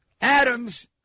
Adams